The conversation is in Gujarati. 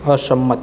અસંમત